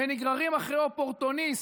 ונגררים אחרי אופורטוניסט,